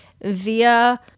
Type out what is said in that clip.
via